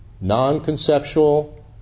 non-conceptual